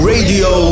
Radio